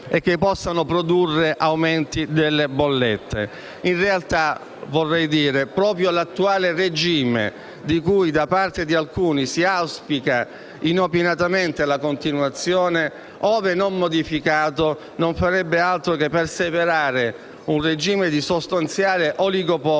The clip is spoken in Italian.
e che possano produrre aumenti delle bollette. In realtà, proprio l'attuale regime, di cui, da parte di alcuni, si auspica inopinatamente la continuazione, ove non modificato, non farebbe altro che protrarre una situazione di sostanziale oligopolio